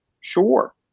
Sure